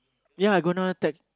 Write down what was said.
ya I gonna attack